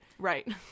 Right